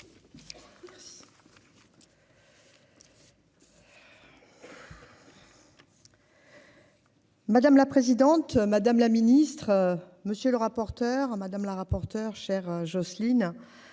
Madame la présidente, madame la ministre, monsieur le rapporteur, madame la rapporteure chers hein Jocelyn,